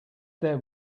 there